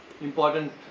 important